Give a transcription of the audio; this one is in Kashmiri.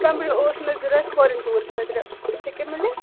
کَمرٕ اوس مےٚ ضروٗرت فاریٚن ٹوٗر خٲطرٕ ہیٚکیٛاہ میٖلِتھ